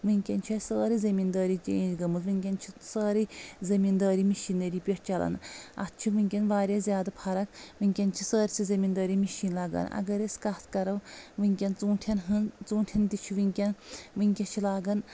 ؤنکیٚن چھُ اسہِ سٲرٕے زٔمیٖندٲری چینج گٔمٕژ ؤنکیٚن چھُ سٲرٕے زٔمیٖندٲری مشیٖن نٔری پٮ۪ٹھ چلان اتھ چھُ ؤنکیٚن واریاہ زیادٕ فرق ؤنکیٚن چھِ سٲرسٕے زٔمیٖندٲری مشیٖن لگان اگر أسۍ کتھ کرو ؤنکیٚن ژوٗنٹھٮ۪ن ہنٛز ژوٗنٛٹھٮ۪ن تہِ چھُ ؤنکیٚن ؤنکیٚس چھِ لاگان